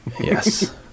yes